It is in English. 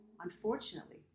unfortunately